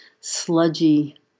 sludgy